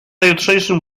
jutrzejszym